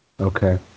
Okay